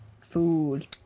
food